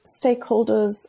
stakeholders